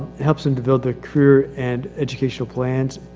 helps them to build ah career and educational plans.